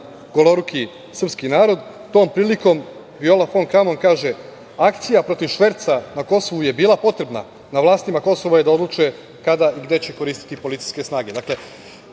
goloruki srpski narod, tom prilikom Viola fon Kramon kaže – akcija protiv šverca na Kosovu je bila potrebna, na vlastima Kosova je da odluče kada i gde će koristiti policijske snage.